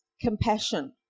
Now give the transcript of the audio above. compassion